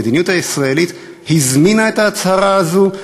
המדיניות הישראלית הזמינה את ההצהרה הזאת,